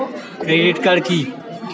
Credit card কি?